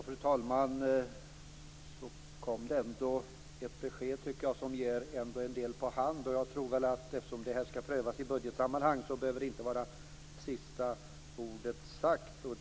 Fru talman! Så kom det ändå ett besked som, tycker jag, ger en del på hand. Eftersom detta skall prövas i budgetsammanhang behöver inte sista ordet vara sagt.